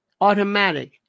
automatic